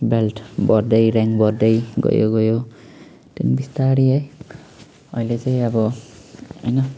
belt बढ्दै rank बढ्दै गयो गयो त्यहाँदेखि बिस्तारै है अहिले चाहिँ अब होइन